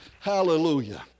Hallelujah